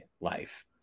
life